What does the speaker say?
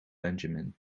benjamin